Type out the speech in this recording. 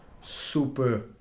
super